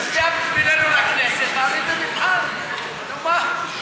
תצביע בשבילנו לכנסת, תעמיד במבחן, נו, מה.